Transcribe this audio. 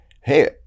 Hey